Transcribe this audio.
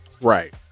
Right